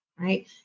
right